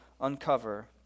uncover